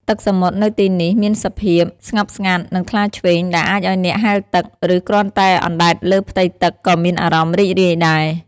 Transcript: ទឹកសមុទ្រនៅទីនេះមានសភាពស្ងប់ស្ងាត់ និងថ្លាឆ្វេង ដែលអាចឲ្យអ្នកហែលទឹក ឬគ្រាន់តែអណ្តែតលើផ្ទៃទឹកក៏មានអារម្មណ៍រីករាយដែរ។